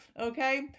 Okay